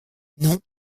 non